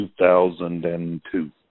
2002